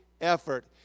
effort